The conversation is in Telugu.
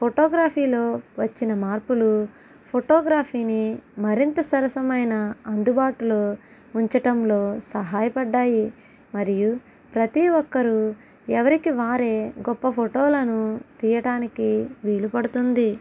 ఫోటోగ్రాఫీలో వచ్చిన మార్పులు ఫోటోగ్రాఫీని మరింత సరసమైన అందుబాటులో ఉంచటంలో సహాయపడ్డాయి మరియు ప్రతీ ఒక్కరూ ఎవరికి వారే గొప్ప ఫోటోలను తీయటానికి వీలు పడుతుంది